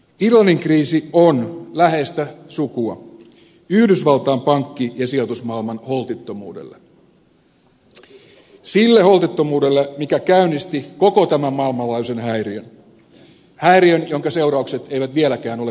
irlannin kriisi on läheistä sukua yhdysvaltain pankki ja sijoitusmaailman holtittomuudelle sille holtittomuudelle mikä käynnisti koko tämän maailmanlaajuisen häiriön häiriön jonka seuraukset eivät vieläkään ole kokonaan ohi